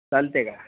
चालते का